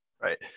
right